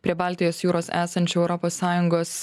prie baltijos jūros esančių europos sąjungos